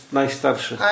najstarszy